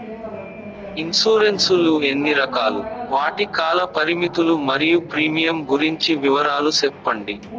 Insurance లు ఎన్ని రకాలు? వాటి కాల పరిమితులు మరియు ప్రీమియం గురించి వివరాలు సెప్పండి?